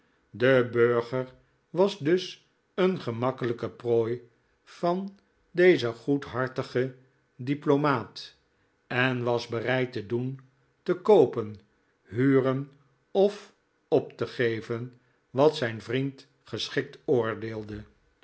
de burger was dus een gemakkelijke prooi van dezen goedhartigen diplomaat en was bereid te docn te koopen huren of op te geven wat zijn vriend geschikt oordeelde